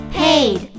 paid